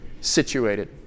situated